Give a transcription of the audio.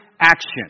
action